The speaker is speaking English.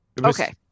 Okay